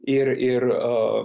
ir ir e